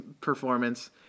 performance